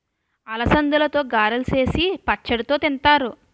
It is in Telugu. అలసందలతో గారెలు సేసి పచ్చడితో తింతారు